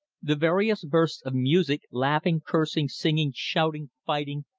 the various bursts of music, laughing, cursing, singing, shouting, fighting,